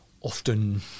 often